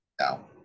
no